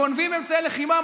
גונבים אמצעי לחימה,